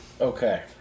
Okay